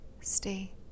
state